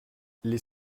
les